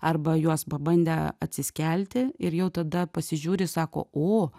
arba juos pabandę atsiskelti ir jau tada pasižiūri sako o